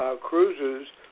cruises